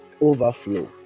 overflow